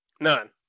None